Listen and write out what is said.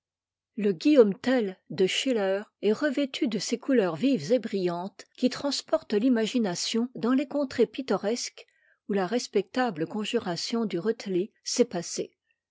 le guillaume tell de schiller est revêtu de ces couleurs vives et brillantes qui transportent l'imagination dans les contrées pittoresques où la respectable conjuration du rùth s'est passée